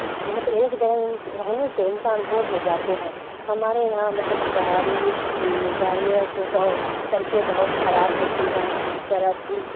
مطلب ایک جگہ رہنے سے انسان بور ہو جاتے ہیں ہمارے یہاں مطلب گاڑی گاڑی مطلب سڑکیں بہت خراب ہوتی ہیں سڑک